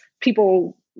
people